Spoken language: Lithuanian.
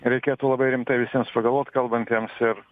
reikėtų labai rimtai visiems pagalvot kalbantiems ir